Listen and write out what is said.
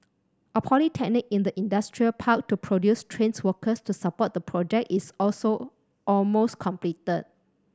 a polytechnic in the industrial park to produce trained workers to support the project is also almost completed